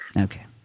Okay